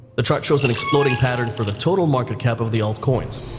the track shows an exploding pattern for the total market cap of the old coins.